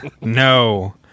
No